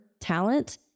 talent